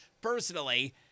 Personally